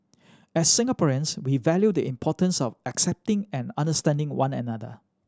as Singaporeans we value the importance of accepting and understanding one another